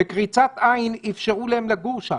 בקריצת עין אפשרו להם לגור שם.